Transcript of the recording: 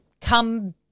come